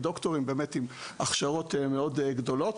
הם דוקטורים באמת עם הכשרות מאוד גדולות.